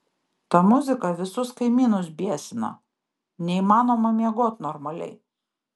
ta muzika visus kaimynus biesina neįmanoma miegot normaliai